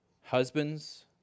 husbands